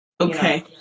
Okay